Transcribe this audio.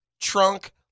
trunk